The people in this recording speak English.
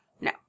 No